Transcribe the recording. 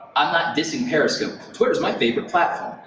i'm not dissing periscope. twitter's my favorite platform,